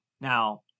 Now